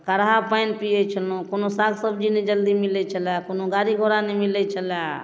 काढ़ा पानि पिए छलहुँ कोनो साग सब्जी नहि जल्दी मिलै छलै कोनो गाड़ी घोड़ा नहि मिलै छलै